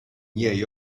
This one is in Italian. miei